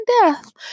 death